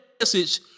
message